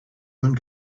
one